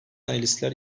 analistler